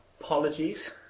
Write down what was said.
Apologies